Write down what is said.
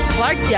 Clark